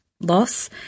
loss